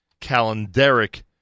calendaric